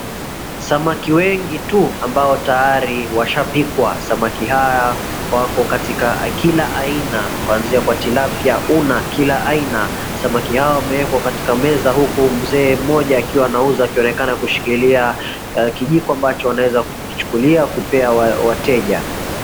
Samaki wengi tu ambao tayari washapikwa. Samaki hawa wako katika kila aina. Kuanzia kwa tilapia, una kila aina. Samaki hawa wamewekwa katika meza huku mzee mmoja akiwa anauza akionekana kushikilia kijiko ambacho anaeza kukichukulia kupea wateja.